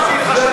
דיברתי איתך.